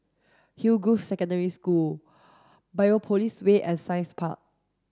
Hillgrove Secondary School Biopolis Way and Science Park